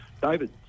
David